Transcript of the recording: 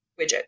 widget